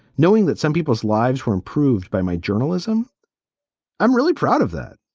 knowing that some people's lives were improved by my journalism i'm really proud of that.